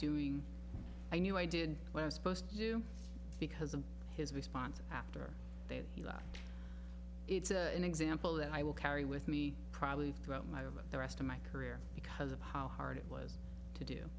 doing i knew i did what i was supposed to do because of his response after they left it's a example that i will carry with me probably throughout my over the rest of my career because of how hard it was to do